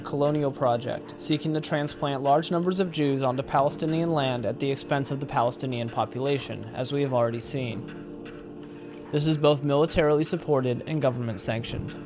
a colonial project seeking to transplant large numbers of jews on the palestinian land at the expense of the palestinian population as we've already seen this is both militarily supported and government sanctioned